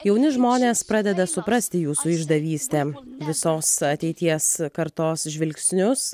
jauni žmonės pradeda suprasti jūsų išdavystę visos ateities kartos žvilgsnius